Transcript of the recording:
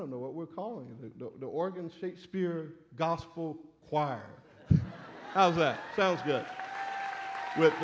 don't know what we're calling the organ shakespeare gospel choir that sounds good with